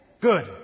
Good